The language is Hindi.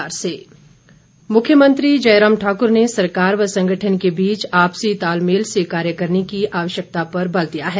मुख्यमंत्री मुख्यमंत्री जयराम ठाकुर ने सरकार व संगठन के बीच आपसी तालमेल से कार्य करने की आवश्यकता पर बल दिया है